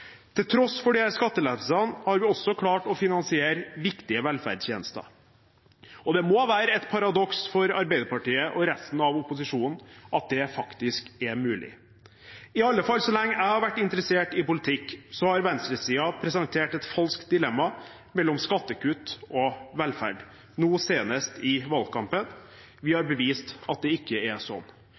Til tross for disse skattelettelsene har vi også klart å finansiere viktige velferdstjenester. Det må være et paradoks for Arbeiderpartiet og resten av opposisjonen at det faktisk er mulig. I alle fall så lenge jeg har vært interessert i politikk, har venstresiden presentert et falskt dilemma mellom skattekutt og velferd, nå senest i valgkampen. Vi har bevist at det ikke er sånn: